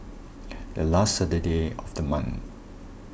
the last Saturday of the month